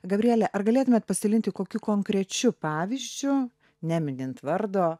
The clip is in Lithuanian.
gabriele ar galėtumėt pasidalinti kokiu konkrečiu pavyzdžiu neminint vardo